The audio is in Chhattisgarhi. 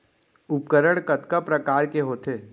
उपकरण कतका प्रकार के होथे?